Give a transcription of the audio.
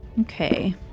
Okay